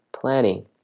planning